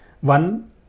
one